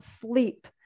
sleep